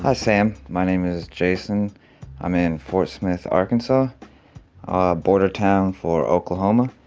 ah sam. my name is jason i'm in fort smith, ark, and so ah a border town for oklahoma.